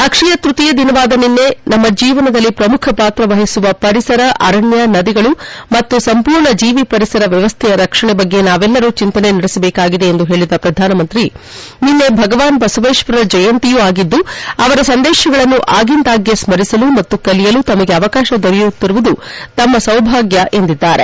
ಅಕ್ಷಯತ್ಬತೀಯ ದಿನವಾದ ನಿನ್ನೆ ನಮ್ಮ ಜೀವನದಲ್ಲಿ ಪ್ರಮುಖ ಪಾತ್ರ ವಹಿಸುವ ಪರಿಸರ ಅರಣ್ಯ ನದಿಗಳು ಮತ್ತು ಸಂಪೂರ್ಣ ಜೀವಿ ಪರಿಸರ ವ್ಯವಸ್ದೆಯ ರಕ್ಷಣೆ ಬಗ್ಗೆ ನಾವೆಲ್ಲರೂ ಚಿಂತನೆ ನಡೆಸಬೇಕಾಗಿದೆ ಎಂದು ಹೇಳಿದ ಪ್ರಧಾನಮಂತ್ರಿಯವರು ನಿನ್ನೆ ಭಗವಾನ್ ಬಸವೇಶ್ವರರ ಜಯಂತಿಯೂ ಆಗಿದ್ದು ಅವರ ಸಂದೇಶಗಳನ್ನು ಆಗಿಂದಾಗ್ಗೆ ಸ್ಮರಿಸಲು ಮತ್ತು ಕಲಿಯಲು ತಮಗೆ ಅವಕಾಶ ದೊರೆಯುತ್ತಿರುವುದು ತಮ್ಮ ಸೌಭಾಗ್ಯ ಎಂದಿದ್ದಾರೆ